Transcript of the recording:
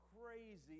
crazy